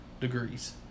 degrees